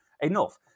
enough